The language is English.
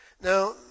Now